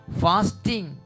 fasting